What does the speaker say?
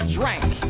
drank